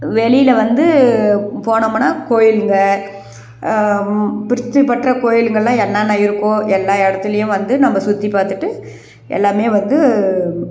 வெளியில் வந்து போனோமுன்னா கோவிலுங்க பிரசித்தி பெற்ற கோவிலுங்கெல்லாம் என்னென்ன இருக்கோ எல்லா எடத்திலேயும் வந்து நம்ம சுற்றிப் பார்த்துட்டு எல்லாமே வந்து